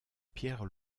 pierre